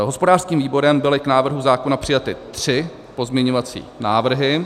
Hospodářským výborem byly k návrhu zákona přijaty tři pozměňovací návrhy.